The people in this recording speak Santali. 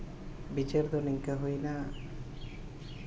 ᱵᱤᱪᱟᱹᱨ ᱫᱚ ᱱᱤᱝᱠᱟᱹ ᱦᱩᱭᱱᱟ